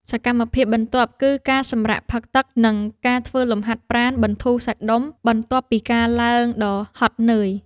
សកម្មភាពបន្ទាប់ គឺការសម្រាកផឹកទឹក និងការធ្វើលំហាត់ប្រាណបន្ធូរសាច់ដុំបន្ទាប់ពីការឡើងដ៏ហត់នឿយ។